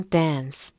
dance